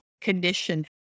condition